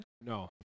No